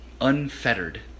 Unfettered